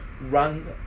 run